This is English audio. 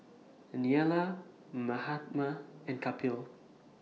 Neila Mahatma and Kapil